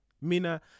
Mina